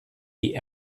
die